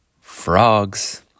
frogs